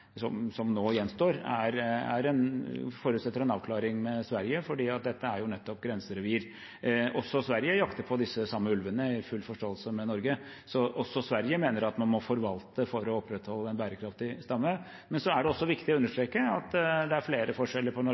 nå gjenstår, en avklaring med Sverige. Også Sverige jakter på de samme ulvene i full forståelse med i Norge. Også Sverige mener at man må forvalte for å opprettholde en bærekraftig stamme. Men det er også viktig å understreke at det er flere forskjeller på Norge